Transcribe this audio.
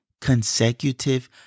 consecutive